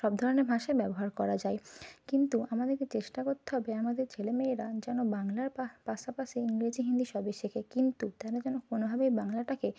সব ধরনের ভাষাই ব্যবহার করা যায় কিন্তু আমাদেরকে চেষ্টা করতে হবে আমাদের ছেলেমেয়েরা যেন বাংলার পাশাপাশি ইংরেজি হিন্দি সবই শেখে কিন্তু তারা যেন কোনোভাবেই বাংলাটাকে